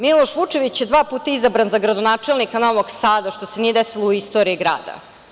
Miloš Vučević je dva puta izabran za gradonačelnika Novog Sada, što se nije desilo u istoriji grada.